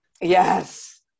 Yes